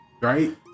right